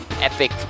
epic